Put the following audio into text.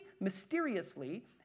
mysteriously